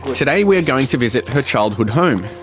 today we are going to visit her childhood home.